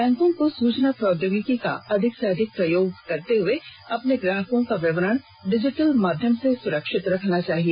बैंकों को सूचना प्रौद्योगिकी का अधिक से अधिक प्रयोग करते हुए अपने ग्राहकों का विवरण डिजीटल माध्यम से सुरक्षित रखना चाहिए